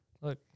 Look